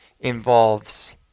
involves